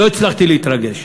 לא הצלחתי להתרגש,